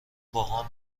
باهام